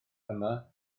yma